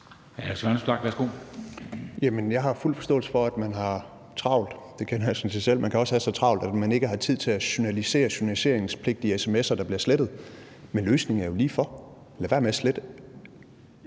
Jeg har fuld forståelse for, at man har travlt. Det kender jeg sådan set selv. Man kan også have så travlt, at man ikke har tid til at journalisere journaliseringspligtige sms'er, som så bliver slettet. Men løsningen er jo lige for: Lad være med at slette